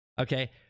Okay